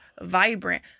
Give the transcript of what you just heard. vibrant